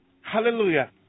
Hallelujah